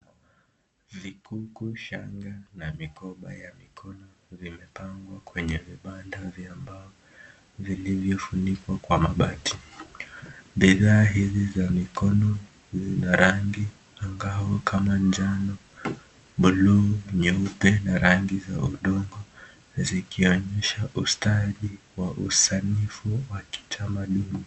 Vikuku ,shangaa na mikoba ya mikono vimepangwa kwenye vibanda vya mbao vilivyo funikwa kwa mabati. Bidhaa hivi vya mikono vina rangi angao kama njano, buluu, nyeupe na rangi za udongo zikionyesha ustadi wa usanifu wa kitamaduni.